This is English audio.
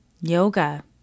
Yoga